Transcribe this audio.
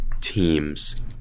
teams